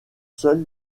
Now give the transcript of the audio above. seul